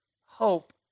hope